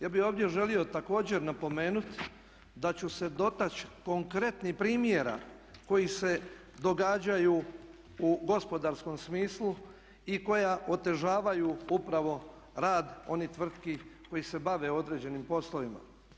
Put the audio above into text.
Ja bih ovdje želio također napomenuti da ću se dotaći konkretnih primjera koji se događaju u gospodarskom smislu i koja otežavaju upravo rad onih tvrtki koji se bave određenim poslovima.